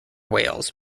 wales